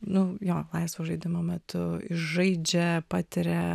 nu jo laisvo žaidimo metu žaidžia patiria